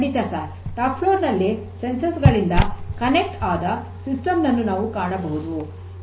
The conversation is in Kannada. ಖಂಡಿತ ಸರ್ ಟಾಪ್ ಫ್ಲೋರ್ ನಲ್ಲಿ ಸಂವೇದಕಗಳು ಸಂಪರ್ಕಗೊಂಡ ಸಿಸ್ಟಮ್ ನನ್ನು ನಾವು ಕಾಣಬಹುದು